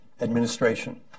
administration